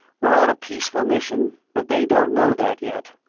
we're on a peaceful mission, but they don't know that yet.